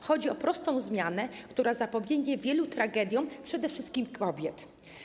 Chodzi o prostą zmianę, która zapobiegnie wielu tragediom przede wszystkim kobiet.